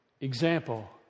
Example